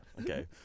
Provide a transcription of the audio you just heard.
okay